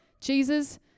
Jesus